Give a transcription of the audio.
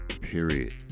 Period